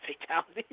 fatalities